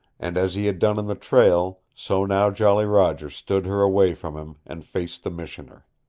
and as he had done in the trail, so now jolly roger stood her away from him, and faced the missioner.